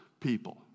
people